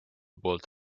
poolt